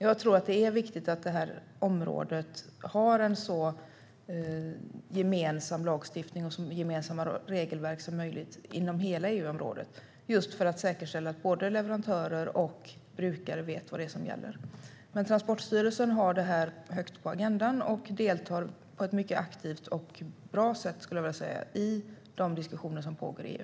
Jag tror att det är viktigt att det finns en så gemensam lagstiftning och så gemensamma regelverk som möjligt inom hela EU-området för detta område just för att säkerställa att både leverantörer och brukare vet vad det är som gäller. Men Transportstyrelsen har detta högt på agendan och deltar på ett mycket aktivt och bra sätt, skulle jag vilja säga, i de diskussioner som pågår i EU.